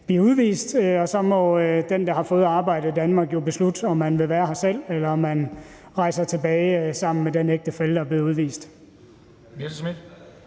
blive udvist, og så må den, der har fået arbejde i Danmark, jo beslutte, om man vil være her selv, eller om man rejser tilbage sammen med den ægtefælle, der er blevet udvist.